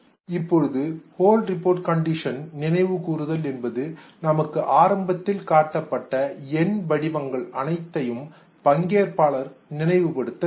இப்பொழுது whole report condition நினைவு கூறுதல் என்பது நமக்கு ஆரம்பத்தில் காட்டப்பட்ட எண் வடிவங்கள் அனைத்தையும் பங்கேற்பாளர் நினைவு படுத்த வேண்டும்